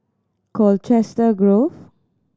Colchester Grove